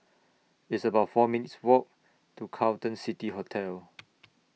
It's about four minutes' Walk to Carlton City Hotel